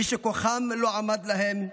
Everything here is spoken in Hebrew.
מי שכוחם לא עמד להם,